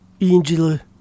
Angela